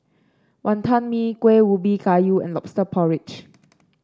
Wonton Mee Kueh Ubi Kayu and lobster porridge